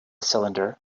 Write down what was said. cylinder